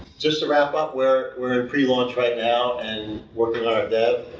just to wrap up, we're we're in pre-launch right now and working on our dev,